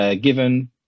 given